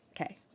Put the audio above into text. Okay